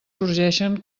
sorgeixen